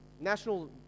national